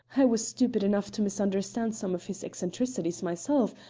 i was stupid enough to misunderstand some of his eccentricities myself,